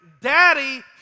Daddy